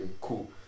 cool